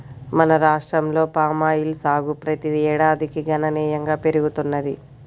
మన రాష్ట్రంలో పామాయిల్ సాగు ప్రతి ఏడాదికి గణనీయంగా పెరుగుతున్నది